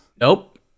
Nope